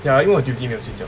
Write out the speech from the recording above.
ya 因为我 duty 没有睡觉